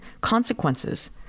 consequences